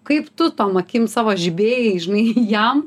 kaip tu tom akim savo žibėjai žinai jam